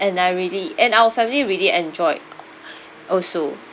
and I really and our family really enjoyed also